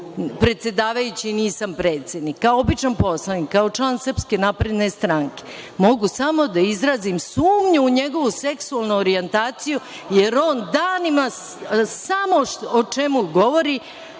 predsedavajući, nisam predsednik. Kao običan poslanik, kao član SNS mogu samo da izrazim sumnju u njegovu seksualnu orijentaciju, jer on danima samo o čemu govori